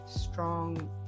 strong